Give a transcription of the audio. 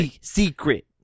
secret